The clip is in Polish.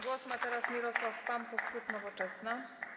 Głos ma teraz Mirosław Pampuch, klub Nowoczesna.